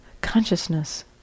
Consciousness